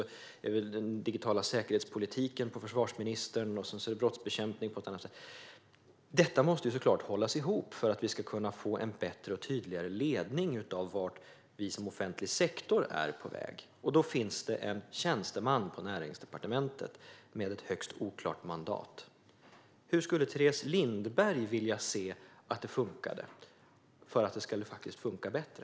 Den digitala säkerhetspolitiken ligger på försvarsministern och brottsbekämpning på ett annat statsråd. Detta måste såklart hållas ihop för att vi ska kunna få bättre och tydligare ledning för vart vi som offentlig sektor är på väg. Då finns det en tjänsteman på Näringsdepartementet med ett högst oklart mandat. Hur skulle Teres Lindberg vilja att det funkade för att det ska funka bättre?